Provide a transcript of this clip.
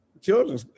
children